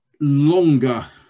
longer